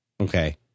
Okay